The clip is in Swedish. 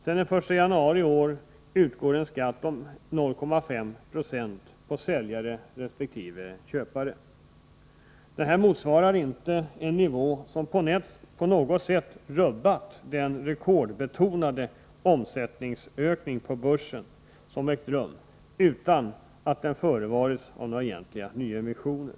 Sedan den 1 januari i år utgår en skatt på 0,5 26 för säljare resp. köpare. Denna motsvarar inte en nivå som på något sätt rubbat den rekordbetonade omsättningsökning på börsen som ägt rum utan att den föregåtts av några egentliga nyemissioner.